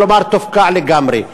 כלומר תופקע לגמרי.